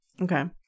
Okay